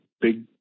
big